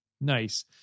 Nice